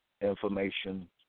information